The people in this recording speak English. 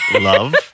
love